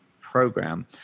program